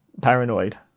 paranoid